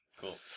Cool